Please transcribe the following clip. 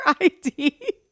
ID